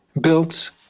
built